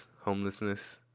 homelessness